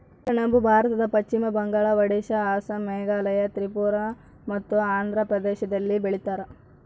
ಸೆಣಬು ಭಾರತದ ಪಶ್ಚಿಮ ಬಂಗಾಳ ಒಡಿಸ್ಸಾ ಅಸ್ಸಾಂ ಮೇಘಾಲಯ ತ್ರಿಪುರ ಮತ್ತು ಆಂಧ್ರ ಪ್ರದೇಶದಲ್ಲಿ ಬೆಳೀತಾರ